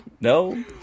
No